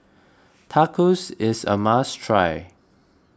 tacos is a must try